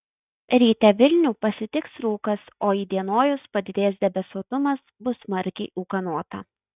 ryte vilnių pasitiks rūkas o įdienojus padidės debesuotumas bus smarkiai ūkanota